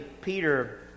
Peter